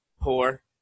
poor